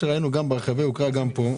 כמו שראינו ברכבי היוקרה וגם פה,